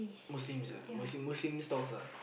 Muslims ah Muslim Muslim stalls ah